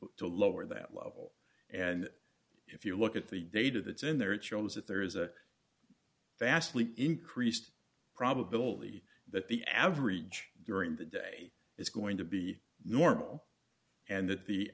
to lower that level and if you look at the data that's in there it shows that there is a vastly increased probability that the average during the day is going to be normal and that the